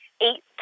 eight